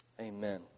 Amen